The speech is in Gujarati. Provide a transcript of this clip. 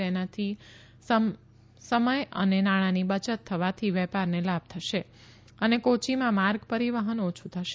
તેનાથી સમય અને નાણાંની બચત થવાથી વેપારને લાભ થશે અને કોચ્યીમાં માર્ગ પરીવહન ઓછ થશે